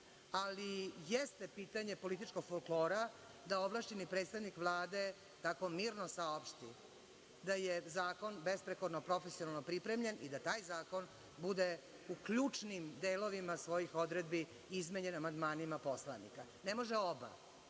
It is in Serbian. ali jeste pitanje političkog folklora da ovlašćeni predstavnik Vlade tako mirno saopšti da je zakon besprekorno, profesionalno pripremljen i da taj zakon bude u ključnim delovima svojih odredbi izmenjen amandmanima poslanika. Ne može oba,